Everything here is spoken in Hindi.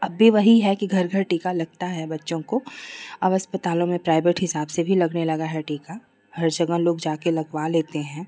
अब भी वही है कि घर घर टीका लगता है बच्चों को अब अस्पतालों में प्राइवेट हिसाब से भी लगने लगा है टीका हर जगह लोग जाकर लगवा लेते हैं